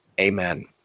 Amen